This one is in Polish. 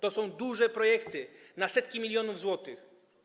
To są duże projekty, na setki milionów złotych.